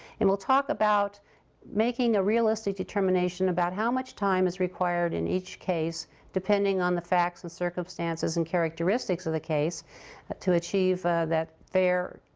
and we'll talk about making a realistic determination about how much time is required in each case depending on the facts, and circumstances, and characteristics of the case to achieve that fair,